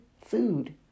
food